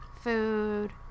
food